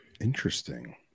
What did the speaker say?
Interesting